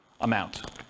amount